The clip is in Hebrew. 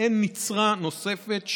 מעין נצרה נוספת,